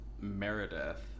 Meredith